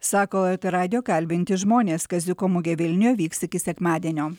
sako el er t radijo kalbinti žmonės kaziuko mugė vilniuje vyks iki sekmadienio